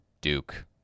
Duke